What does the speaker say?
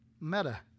meta